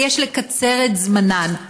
ויש לקצר את זמנן,